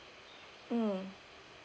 mm